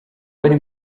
bari